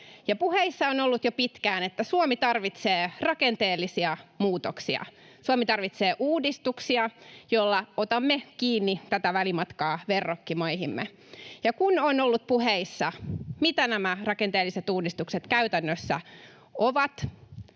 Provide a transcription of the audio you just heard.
puheissa on ollut jo pitkään, että Suomi tarvitsee rakenteellisia muutoksia, Suomi tarvitsee uudistuksia, joilla otamme kiinni tätä välimatkaa verrokkimaihimme. Kun on ollut puheissa, mitä nämä rakenteelliset uudistukset käytännössä ovat,